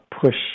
push